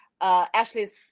Ashley's